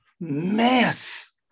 mess